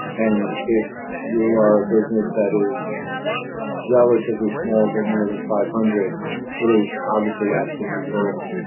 and if you are a business that is relatively small but more than five hundred it is obviously absolutely worth